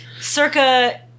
Circa